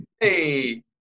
Hey